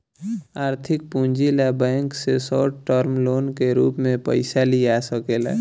आर्थिक पूंजी ला बैंक से शॉर्ट टर्म लोन के रूप में पयिसा लिया सकेला